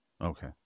Okay